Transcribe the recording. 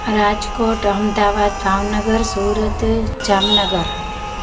Rajkot Ahmedabad Bhavnagar Surat Jamnagar